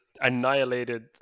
annihilated